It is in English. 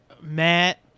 Matt